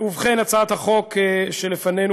בהצעת החוק שלפנינו,